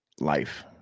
life